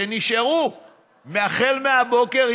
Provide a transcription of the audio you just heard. שנשארו מהבוקר,